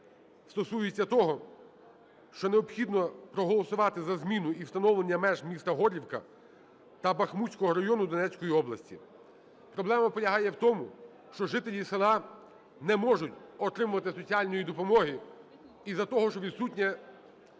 стосується того, що необхідно проголосувати за зміну і встановлення меж міста Горлівка та Бахмутського району Донецької області. Проблема полягає в тому, що жителі села не можуть отримувати соціальної допомоги із-за того, що відсутнє